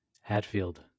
Hatfield